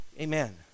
amen